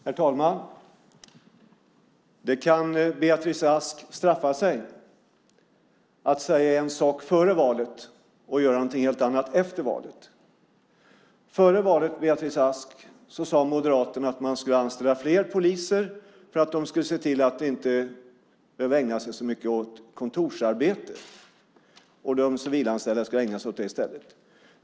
Herr talman! Det kan, Beatrice Ask, straffa sig att säga en sak före valet och göra någonting helt annat efter valet. Före valet, Beatrice Ask, sade Moderaterna att man skulle anställa fler poliser för att se till att de inte skulle behöva ägna sig så mycket åt kontorsarbete. De civilanställda skulle ägna sig åt det i stället.